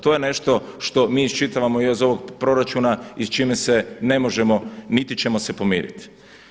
To je nešto što mi iščitavamo iz ovog proračuna i s čime se ne možemo niti ćemo se pomiriti.